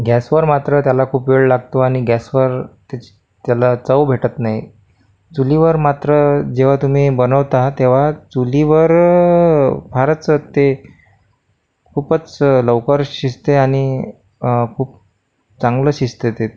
गॅसवर मात्र त्याला खूप वेळ लागतो आणि गॅसवर त्याची त्याला चव भेटत नाही चुलीवर मात्र जेव्हा तुम्ही बनवता तेव्हा चुलीवर फारच ते खूपच लवकर शिजते आणि खूप चांगले शिजते ते